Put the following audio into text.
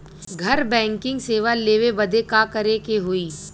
घर बैकिंग सेवा लेवे बदे का करे के होई?